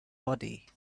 body